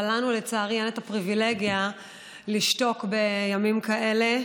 אבל לנו לצערי אין את הפריבילגיה לשתוק בימים כאלה,